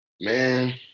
Man